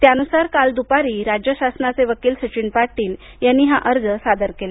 त्यानुसार काल दुपारी राज्य शासनाचे वकील सचिन पाटील यांनी हा अर्ज सादर केला